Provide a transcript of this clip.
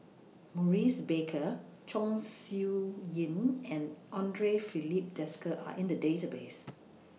Maurice Baker Chong Siew Ying and Andre Filipe Desker Are in The Database